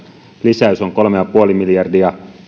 lisäys on kolme ja puoli miljardia